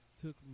took